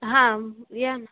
हां या ना